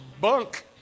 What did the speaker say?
bunk